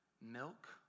milk